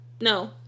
No